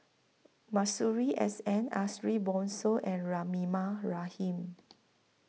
Masuri S N Ariff Bongso and Rahimah Rahim